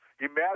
Imagine